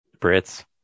Brits